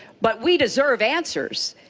but we deserve answers,